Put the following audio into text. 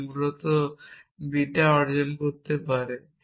যা আমরা মূলত বিটা অর্জন করতে পারে